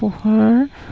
পোহৰৰ